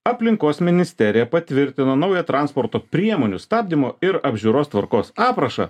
aplinkos ministerija patvirtino naują transporto priemonių stabdymo ir apžiūros tvarkos aprašą